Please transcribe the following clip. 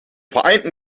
vereinten